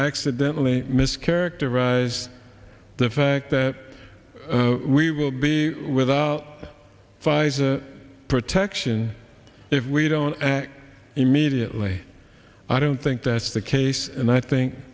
accidentally mischaracterized the fact that we will be without fison protection if we don't act immediately i don't think that's the case and i think